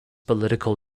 political